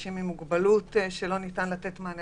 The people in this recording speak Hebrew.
אנשים עם מוגבלות וכדומה.